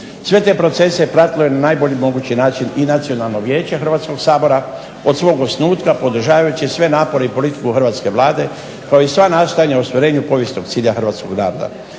Sve te procese pratilo je na najbolji mogući način i Nacionalno vijeće Hrvatskoga sabora od svog osnutka podržavajući sve napore i politiku Hrvatske vlade kao i sva nastojanja u ostvarenju cilja Hrvatskog naroda.